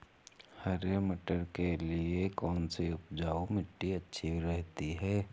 हरे मटर के लिए कौन सी उपजाऊ मिट्टी अच्छी रहती है?